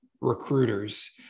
recruiters